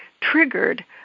triggered